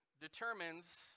determines